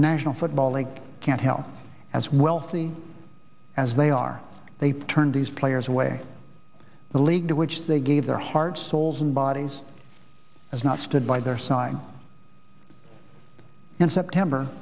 national football league can't help as wealthy as they are they turn these players away the league to which they gave their hearts souls and bodies has not stood by their side in september